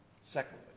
Secondly